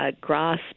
grass